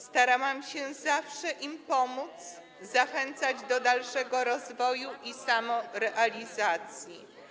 Starałam się zawsze im pomóc, zachęcać do dalszego rozwoju i samorealizacji.